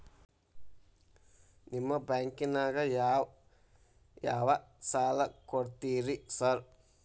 ನಿಮ್ಮ ಬ್ಯಾಂಕಿನಾಗ ಯಾವ್ಯಾವ ಸಾಲ ಕೊಡ್ತೇರಿ ಸಾರ್?